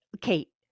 kate